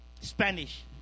Spanish